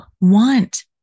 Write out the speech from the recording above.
want